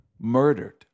murdered